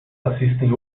assistem